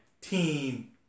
team